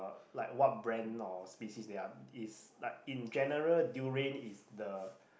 like what brand or species they are is like in general durian is the